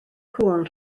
cŵn